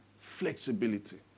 flexibility